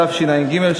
התשע"ג 2013,